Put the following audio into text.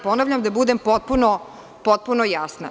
Ponavljam, da budem potpuno jasna.